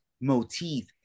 motif